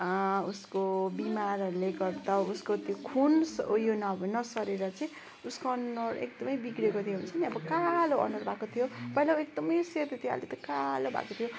उसको बिमारहरूले गर्दा उसको त्यो खुन स् उयो न नसरेर चाहिँ उसको अनुहार एकदमै बिग्रेको थियो हुन्छ नि अब कालो अनुहार भएको थियो पहिला उ एकदमै सेतो थियो अहिले त कालो भएको थियो